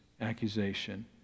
accusation